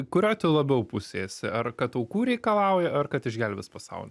kurioj tu labiau pusėj esi ar kad aukų reikalauja ar kad išgelbės pasaulį